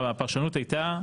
הפרשנות הייתה,